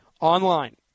Online